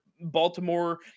Baltimore